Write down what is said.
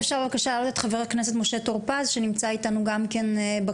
חבר הכנסת טור פז, נמצא איתנו בזום.